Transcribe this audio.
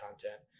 content